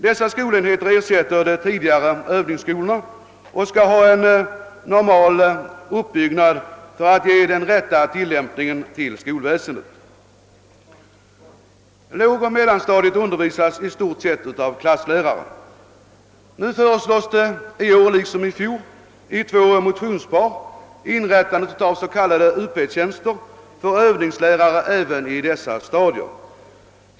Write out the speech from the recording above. Dessa skolenheter ersätter de tidigare övningsskolorna och skall ha en normal uppbyggnad för att ge den rätta tillämpningen till skolväsendet. Lågoch mellanstadiet undervisas i stort sett av klasslärare. I år liksom i fjol föreslås i två motionspar inrättandet av s.k. Up-tjänster för övningslärare även på dessa stadier.